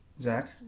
Zach